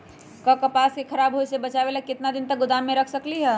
हम कपास के खराब होए से बचाबे ला कितना दिन तक गोदाम में रख सकली ह?